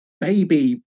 baby